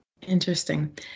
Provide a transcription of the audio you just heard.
Interesting